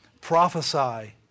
prophesy